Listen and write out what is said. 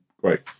Great